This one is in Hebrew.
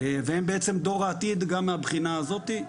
והם בעצם דור העתיד גם מהבחינה הזאת.